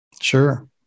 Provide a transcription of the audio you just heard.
Sure